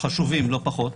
חשובים לא פחות.